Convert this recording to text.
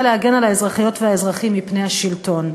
להגן על האזרחיות והאזרחים מפני השלטון,